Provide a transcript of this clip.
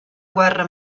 guerra